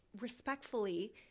respectfully